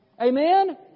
Amen